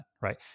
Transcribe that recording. right